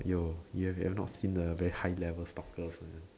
yo you've you've not seen the very high level stalkers meh